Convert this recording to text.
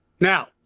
Now